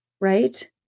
right